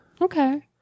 Okay